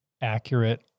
accurate